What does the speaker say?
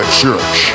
church